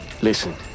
Listen